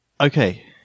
Okay